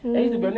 mm